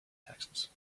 taxes